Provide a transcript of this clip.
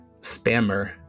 spammer